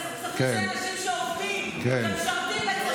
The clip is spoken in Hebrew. מתי היו הסכמים של 13, זה ביזה,